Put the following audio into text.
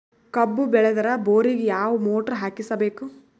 ಕಬ್ಬು ಬೇಳದರ್ ಬೋರಿಗ ಯಾವ ಮೋಟ್ರ ಹಾಕಿಸಬೇಕು?